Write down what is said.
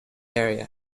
area